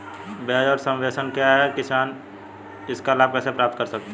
ब्याज सबवेंशन क्या है और किसान इसका लाभ कैसे प्राप्त कर सकता है?